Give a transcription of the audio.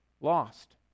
lost